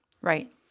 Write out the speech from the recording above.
Right